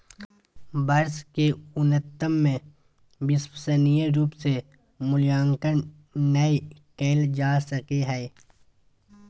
वर्ष के अन्तिम में विश्वसनीय रूप से मूल्यांकन नैय कइल जा सको हइ